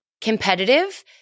competitive